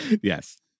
Yes